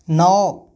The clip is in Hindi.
नौ